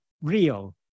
real